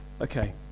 Okay